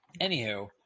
Anywho